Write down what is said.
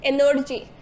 Energy